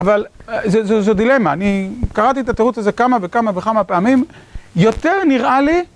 אבל זו דילמה, אני קראתי את התירוץ הזה כמה וכמה וכמה פעמים. יותר נראה לי